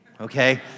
okay